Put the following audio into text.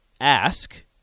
ask